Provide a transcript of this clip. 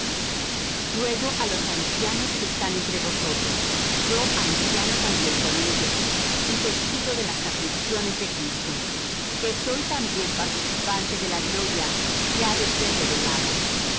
ruego á los ancianos que están entre vosotros yo anciano también con ellos y testigo de las afliciciones de cristo que soy también participante de la gloria que ha de ser revelada